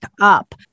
up